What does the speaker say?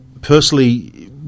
personally